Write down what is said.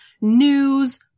news